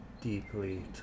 deeply